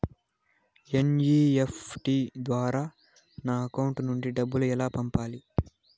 NEFT ద్వారా నా account నుండి డబ్బులు ఎలా పంపాలి